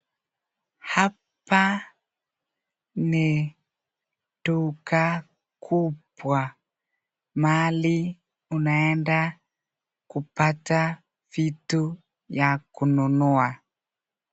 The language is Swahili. Hapa ni duka kubwa mahali unaenda kupata vitu ya kununua.